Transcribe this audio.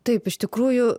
taip iš tikrųjų